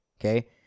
okay